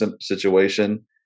situation